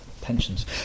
pensions